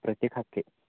Pratik Hake